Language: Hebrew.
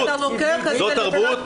מעניין למה אתה לוקח את זה לצד הפוליטי.